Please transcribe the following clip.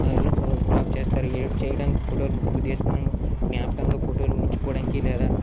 look crop చేస్తారు edit చెయ్యటానికి ఫోటోలు ముఖ్య ఉద్దేశం ఏమో జ్ఞాపకంగా ఫోటోలు ఉంచుకోటానికి లేదా